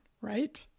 right